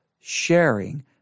sharing